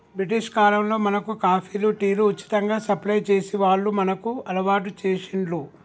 British కాలంలో మనకు కాఫీలు, టీలు ఉచితంగా సప్లై చేసి వాళ్లు మనకు అలవాటు చేశిండ్లు